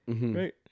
right